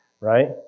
right